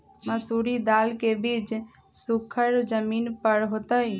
मसूरी दाल के बीज सुखर जमीन पर होतई?